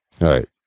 right